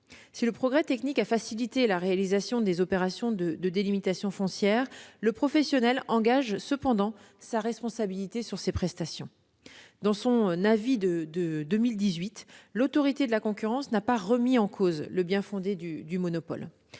Si le progrès technique a facilité la réalisation des opérations de délimitation foncière, le professionnel engage cependant sa responsabilité sur ces prestations. Dans son avis de 2018, l'Autorité de la concurrence n'a pas remis en cause le bien-fondé du monopole.